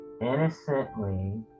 innocently